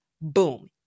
Boom